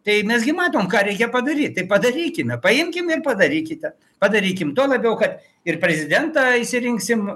tai mes gi matom ką reikia padaryt tai padarykime paimkim ir padarykite padarykim tuo labiau kad ir prezidentą išsirinksim